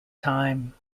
time